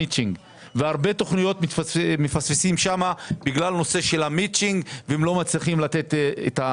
ומשרד הרווחה הוא אחד הכתובות והמשרדים החשובים לטיפול ומניעת הנגע